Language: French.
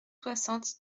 soixante